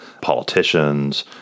politicians